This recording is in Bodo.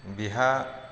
बिहा